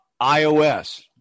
iOS